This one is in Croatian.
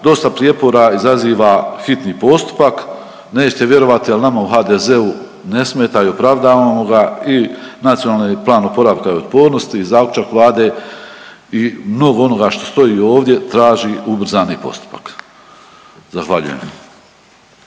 dosta prijepora izaziva hitni postupak. Nećete vjerovati, ali nama u HDZ-u ne smeta i opravdavamo ga i Nacionalni plan oporavka i otpornosti i zaključak Vlade i mnogo onoga što stoji ovdje traži ubrzani postupak. Zahvaljujem.